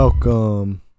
Welcome